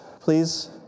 please